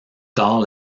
tard